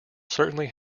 certainly